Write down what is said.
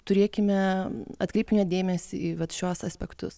turėkime atkreipkime dėmesį į šiuos aspektus